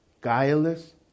Guileless